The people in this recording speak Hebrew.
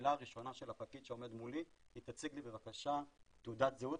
השאלה הראשונה של הפקיד שעומד מולי היא: תציג לי בבקשה תעודת זהות,